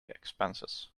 expenses